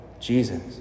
Jesus